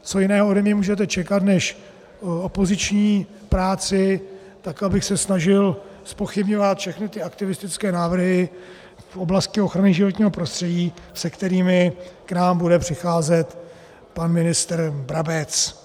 Co jiného ode mě můžete čekat než opoziční práci, tak abych se snažil zpochybňovat všechny aktivistické návrhy v oblasti ochrany životního prostředí, s kterými k nám bude přicházet pan ministr Brabec.